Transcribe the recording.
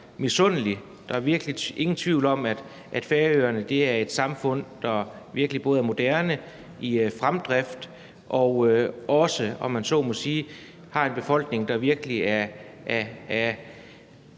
misundelig, tror jeg. Der er virkelig ingen tvivl om, at Færøerne er et samfund, der både er moderne og i fremdrift og også har en befolkning, der virkelig er